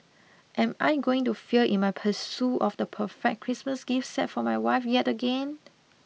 am I going to fail in my pursuit of the perfect Christmas gift set for my wife yet again